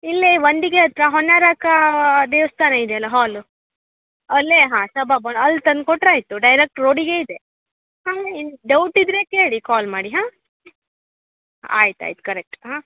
ಇಲ್ಲಿ ವಂಡಿಗೆ ಹತ್ತಿರ ಹೊನ್ನೇರಕಾ ದೇವಸ್ಥಾನ ಇದೆಯಲ್ಲ ಹಾಲು ಅಲ್ಲೇ ಹಾಂ ಸಭಾ ಭವನ ಅಲ್ಲಿ ತಂದು ಕೊಟ್ರೆ ಆಯಿತು ಡೈರೆಕ್ಟ್ ರೋಡಿಗೆ ಇದೆ ಹಾಂ ಡೌಟ್ ಇದ್ದರೆ ಕೇಳಿ ಕಾಲ್ ಮಾಡಿ ಹಾಂ ಆಯ್ತು ಆಯ್ತು ಕರೆಕ್ಟ್ ಹಾಂ